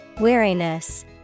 Weariness